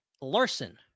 Larson